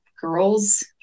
girls